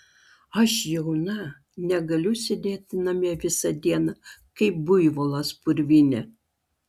aš jauna negaliu sėdėti namie visą dieną kaip buivolas purvyne